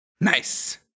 Nice